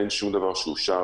אין שום דבר שאושר,